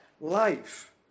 life